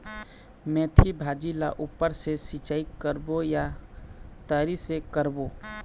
मेंथी भाजी ला ऊपर से सिचाई करबो या तरी से करबो?